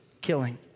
killing